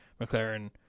McLaren